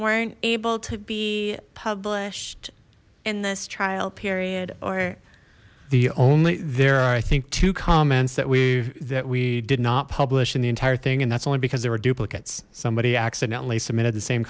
weren't able to be published in this trial period or the only there i think two comments that we that we did not publish in the entire thing and that's only because there were duplicates somebody accidentally submitted the same